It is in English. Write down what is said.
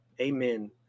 Amen